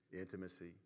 intimacy